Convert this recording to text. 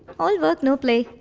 all work no play,